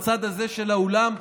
בצד הזה של האולם,